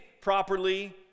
properly